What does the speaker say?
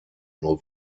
nur